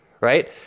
right